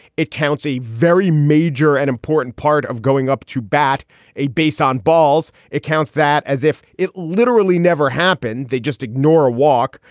it counts a very major and important part of going up to bat a base on balls. it counts that as if it literally never happened. they just ignore a walk.